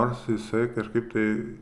nors jisai kažkaip tai